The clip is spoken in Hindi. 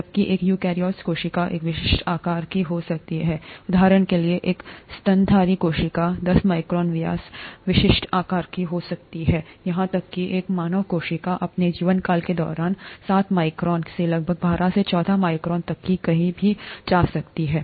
जबकि एक यूकेरियोटिक कोशिका एक विशिष्ट आकार की हो सकती है उदाहरण के लिए एक स्तनधारी कोशिका दस माइक्रोन व्यास विशिष्ट आकार की हो सकती है यहां तक कि एक मानव कोशिका अपने जीवनकाल के दौरान सात माइक्रोन से लगभग बारह से चौदह माइक्रोन तक कहीं भी जाती है